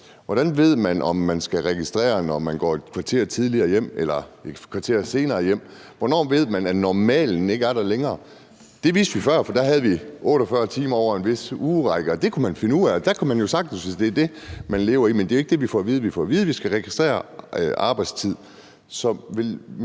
Hvordan ved man, om man skal registrere det, når man går et kvarter tidligere eller et kvarter senere hjem? Hvornår ved man, at normalen ikke er der længere? Det vidste vi før, for da havde vi 48 timer over et vist antal uger, og det kunne man finde ud af. Der kunne man sagtens finde ud af det. Men det er jo ikke det, vi får at vide. Vi får at vide, at vi skal registrere arbejdstiden.